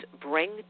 bring